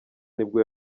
nibwo